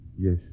Yes